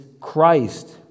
Christ